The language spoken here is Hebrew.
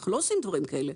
אנחנו לא עושים דברים כאלה.